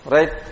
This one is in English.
Right